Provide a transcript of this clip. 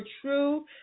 true